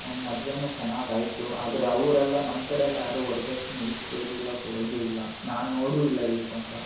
ಅವ್ನ ಮದ್ವೆಯೂ ಚೆನ್ನಾಗಿ ಆಯಿತು ಆದರೆ ಅವರೆಲ್ಲ ನಮ್ಮ ಕಡೆಯಲ್ಲಿ ಯಾರೂ ವರದಕ್ಷ್ಣೆ ಇಸ್ಕೊಳ್ಳೋದೂ ಇಲ್ಲ ಕೊಡೋದೂ ಇಲ್ಲ ನಾನು ನೋಡೂ ಇಲ್ಲ ಇಲ್ಲಿಯ ತನಕ